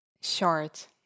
Short